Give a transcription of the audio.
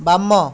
ବାମ